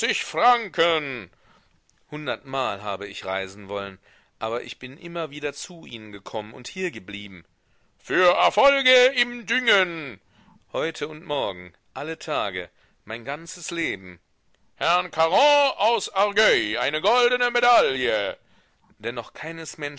franken hundertmal habe ich reisen wollen aber ich bin immer wieder zu ihnen gekommen und hier geblieben für erfolge im düngen heute und morgen alle tage mein ganzes leben herrn caron aus argueil eine goldene medaille denn noch keines